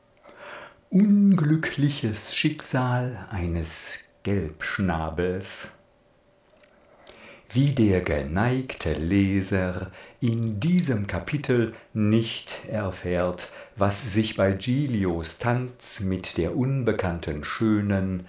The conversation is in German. unglückliches schicksal eines gelbschnabels wie der geneigte leser in diesem kapitel nicht erfährt was sich bei giglios tanz mit der unbekannten schönen